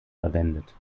verwendet